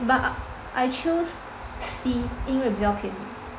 but I I choose sea 因为比较便宜